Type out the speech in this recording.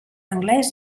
anglès